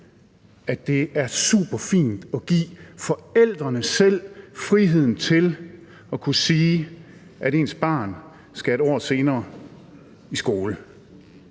at det er superfint at give forældrene friheden til selv at kunne sige, at deres barn skal 1 år senere i skole.